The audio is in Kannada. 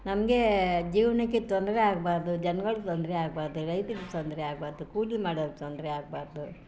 ನಮಗೆ ಜೀವನಕ್ಕೆ ತೊಂದರೆ ಆಗಬಾರ್ದು ಜನ್ಗಳ್ಗೆ ತೊಂದರೆ ಆಗಬಾರ್ದು ರೈತ್ರಿಗೆ ತೊಂದರೆ ಆಗಬಾರ್ದು ಕೂಲಿ ಮಾಡೋರ್ಗೆ ತೊಂದರೆ ಆಗಬಾರ್ದು